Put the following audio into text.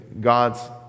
God's